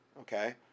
okay